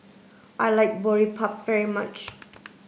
I like Boribap very much